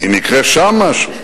אם יקרה שם משהו,